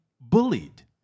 bullied